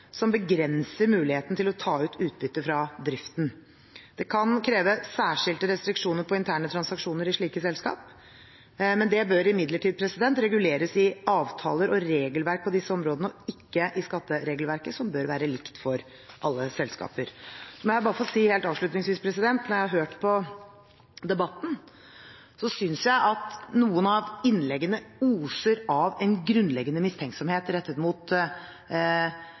som begrenser muligheten til å ta ut utbytte fra driften. Det kan kreve særskilte restriksjoner på interne transaksjoner i slike selskap. Det bør imidlertid reguleres i avtaler og regelverk på disse områdene og ikke i skatteregelverket, som bør være likt for alle selskaper. Så må jeg bare få si helt avslutningsvis: Når jeg har hørt på debatten, synes jeg at noen av innleggene oser av en grunnleggende mistenksomhet rettet mot